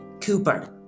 Cooper